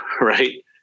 Right